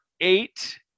eight